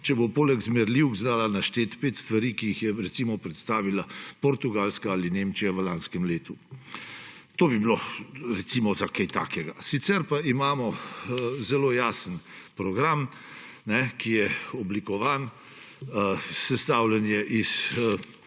če bo poleg zmerljivk znala našteti pet stvari, ki jih je, recimo, predstavila Portugalska ali Nemčija v lanskem letu. To bi bilo, recimo, za kaj takega. Sicer pa imamo zelo jasen program, ki je oblikovan. Sestavljen je iz